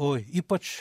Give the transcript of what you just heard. o ypač